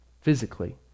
physically